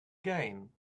game